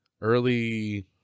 Early